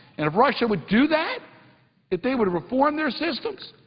and if russia would do that, if they would reform their systems,